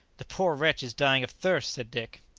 the poor wretch is dying of thirst! said dick.